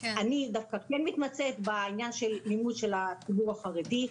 אני דווקא כן מתמצאת בעניין של ניהול של הציבור החרדי,